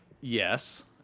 Yes